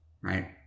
Right